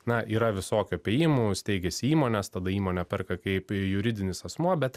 na yra visokių apėjimų steigiasi įmonės tada įmonė perka kaip juridinis asmuo bet